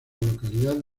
localidad